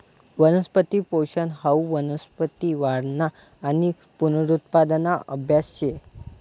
वनस्पती पोषन हाऊ वनस्पती वाढना आणि पुनरुत्पादना आभ्यास शे